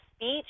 speech